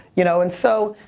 you know, and so,